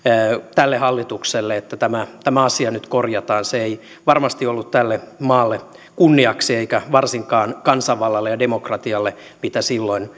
tälle hallitukselle että tämä tämä asia nyt korjataan se ei varmasti ollut tälle maalle kunniaksi eikä varsinkaan kansanvallalle ja demokratialle mitä silloin